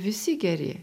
visi geri